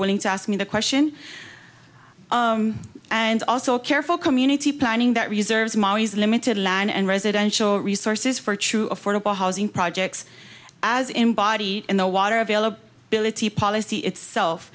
willing to ask me the question and also a careful community planning that reserves mollies limited line and residential resources for true affordable housing projects as embodied in the water available billet the policy itself